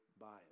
bias